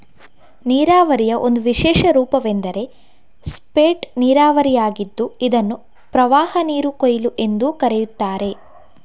ನೀರಾವರಿಯ ಒಂದು ವಿಶೇಷ ರೂಪವೆಂದರೆ ಸ್ಪೇಟ್ ನೀರಾವರಿಯಾಗಿದ್ದು ಇದನ್ನು ಪ್ರವಾಹನೀರು ಕೊಯ್ಲು ಎಂದೂ ಕರೆಯುತ್ತಾರೆ